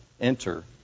enter